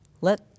Let